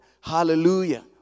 Hallelujah